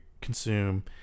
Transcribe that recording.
consume